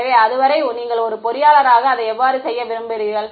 எனவே அது வரை நீங்கள் ஒரு பொறியாளராக அதை எவ்வாறு செய்ய விரும்புகிறீர்கள்